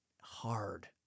hard